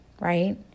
Right